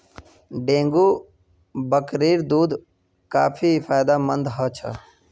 dengue बकरीर दूध काफी फायदेमंद ह छ